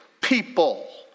people